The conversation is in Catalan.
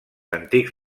antics